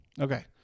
Okay